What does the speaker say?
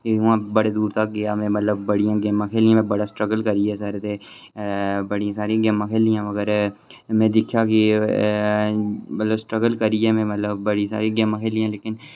बड़ी दूर तक्क गेआ में मतलब बड़ियां गेमां खेढ़ियां बड़ा स्ट्रगल करियै ते बड़ी सारियां गेमां खेलियां ते में दिक्खेआ के स्ट्रगल करियै में बड़ी सारी गेमां खेढियां जेह्कियां